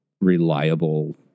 reliable